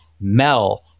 Mel